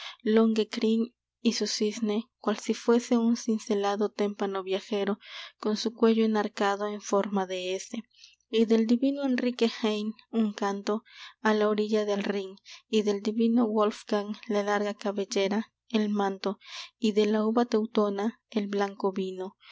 el caballero lohengrín y su cisne cual si fuese un cincelado témpano viajero con su cuello enarcado en forma de s y del divino enrique heine un canto a la orilla del rhin y del divino wolfgang la larga cabellera el manto y de la uva teutona el blanco vino